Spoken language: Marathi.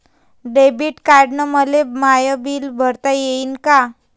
डेबिट कार्डानं मले माय बिल भरता येईन का?